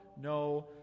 no